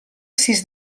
sis